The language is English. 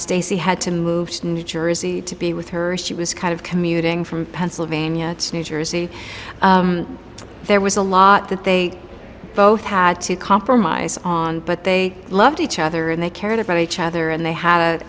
stacy had to move to new jersey to be with her she was kind of commuting from pennsylvania to new jersey there was a lot that they both had to compromise on but they loved each other and they cared about each other and they ha